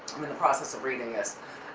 i'm in the process of reading this.